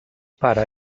pare